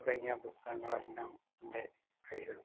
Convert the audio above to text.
തുടങ്ങിയ പുസ്തകങ്ങളെല്ലാം എൻ്റെ കൈയ്യിലുണ്ട്